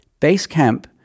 Basecamp